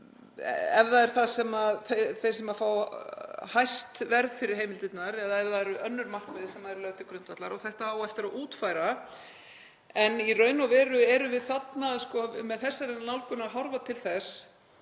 hvort það eru þeir sem fá hæst verð fyrir heimildirnar eða ef það eru önnur markmið sem lögð eru til grundvallar, og þetta á eftir að útfæra. En í raun og veru erum við með þessari nálgun að horfa til þess